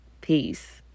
Peace